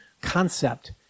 concept